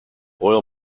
oil